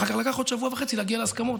ואחר כך לקח עוד שבוע וחצי להגיע להסכמות.